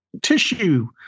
tissue